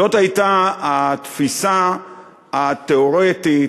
זאת הייתה התפיסה התיאורטית